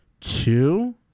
two